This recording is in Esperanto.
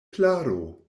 klaro